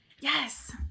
Yes